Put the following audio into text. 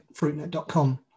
fruitnet.com